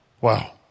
Wow